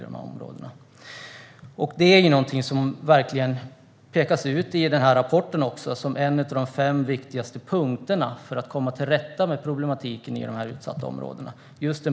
Just den polisiära närvaron är också någonting som verkligen pekas ut i den här rapporten som en av de fem viktigaste punkterna för att komma till rätta med problematiken i dessa utsatta områden.